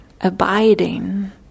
abiding